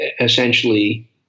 essentially